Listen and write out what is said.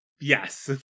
Yes